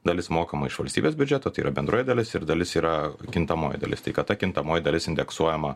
dalis mokama iš valstybės biudžeto tai yra bendroji dalis ir dalis yra kintamoji dalis tai kad ta kintamoji dalis indeksuojama